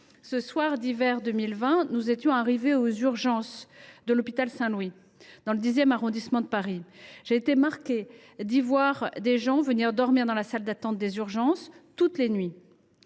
Ce soir là, nous étions arrivés aux urgences de l’hôpital Saint Louis dans le X arrondissement de Paris. J’ai été marquée d’y voir des gens venir dormir dans la salle d’attente des urgences toutes les nuits.